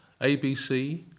ABC